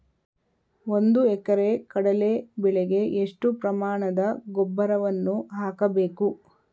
ಒಂದು ಎಕರೆ ಕಡಲೆ ಬೆಳೆಗೆ ಎಷ್ಟು ಪ್ರಮಾಣದ ಗೊಬ್ಬರವನ್ನು ಹಾಕಬೇಕು?